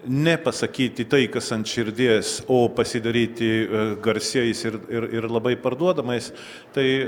ne pasakyti tai kas ant širdies o pasidaryti garsiais ir ir ir labai parduodamais tai